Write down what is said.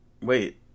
Wait